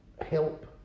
Help